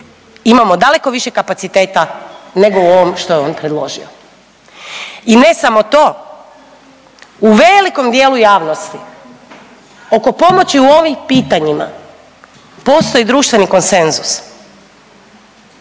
imamo daleko više kapaciteta nego u ovom što je on predložio. I ne samo to. U velikom cijelu javnosti oko pomoći u ovim pitanjima postoji društveni konsenzus.